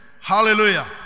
Hallelujah